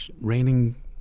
raining